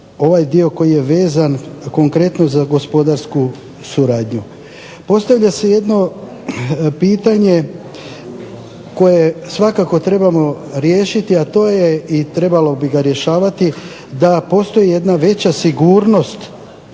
ovaj dio koji je vezan konkretno za gospodarsku suradnju. Postavlja se jedno pitanje koje svakako trebamo riješiti i trebalo bi ga rješavati, da postoji jedna veća sigurnost